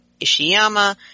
Ishiyama